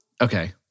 Okay